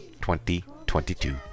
2022